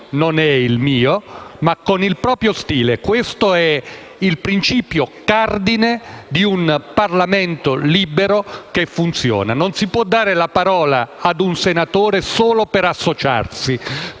non è il mio, ma - ripeto - il suo. Questo è il principio cardine di un Parlamento libero che funziona. Non si può dare la parola a un senatore solo per associarsi,